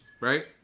right